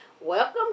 Welcome